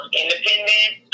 independent